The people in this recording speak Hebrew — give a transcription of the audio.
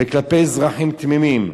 וכלפי אזרחים תמימים,